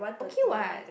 okay what